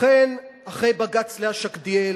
לכן אחרי בג"ץ לאה שקדיאל,